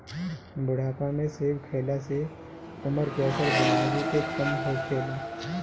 बुढ़ापा में सेब खइला से उमर के असर दिमागी पे कम होखेला